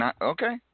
Okay